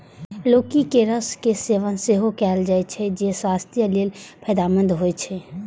लौकी के रस के सेवन सेहो कैल जाइ छै, जे स्वास्थ्य लेल फायदेमंद होइ छै